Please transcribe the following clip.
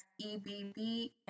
E-B-B